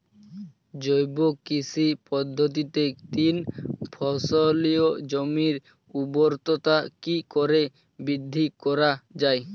জৈব কৃষি পদ্ধতিতে তিন ফসলী জমির ঊর্বরতা কি করে বৃদ্ধি করা য়ায়?